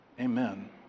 Amen